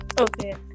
Okay